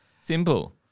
Simple